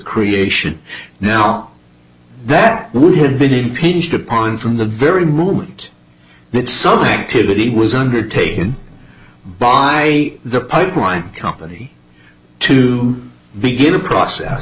creation now that we have been pinched upon from the very moment that some activity was undertaken by the pipeline company to begin a process